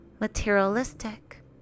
materialistic